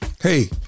Hey